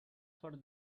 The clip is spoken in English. for